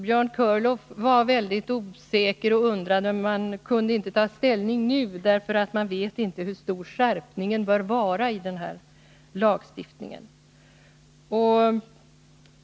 Björn Körlof var väldigt osäker och menade att man inte kunde ta ställning nu, eftersom maninte vet hur hård skärpningen av denna lagstiftning bör vara.